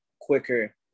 quicker